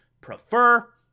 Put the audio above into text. prefer